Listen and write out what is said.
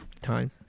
time